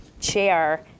chair